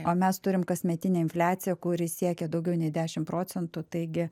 o mes turim kasmetinę infliaciją kuri siekia daugiau nei dešim procentų taigi